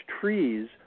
trees